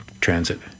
transit